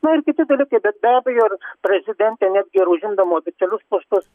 na kiti dalykai bet be abejo ir prezidentė netgi ir užimdama oficialius postus